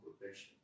protection